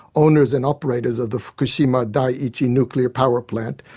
owners and operators of the fukushima daiichi nuclear power plant,